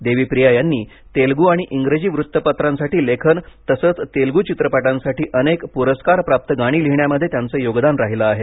देवीप्रिया यांनी तेलगू आणि इंग्रजी वृत्तपत्र तसच तेलगू चित्रपटांसाठी अनेक पुरस्कारप्राप्त गाणी लिहिण्यामध्ये त्यांच योगदान राहीलं आहे